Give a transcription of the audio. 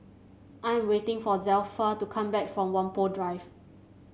I am waiting for Zelpha to come back from Whampoa Drive